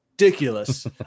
Ridiculous